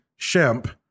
Shemp